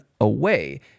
away